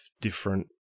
different